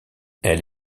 elle